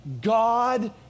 God